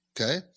Okay